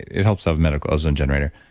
it helps solve medical, ozone generator.